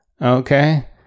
Okay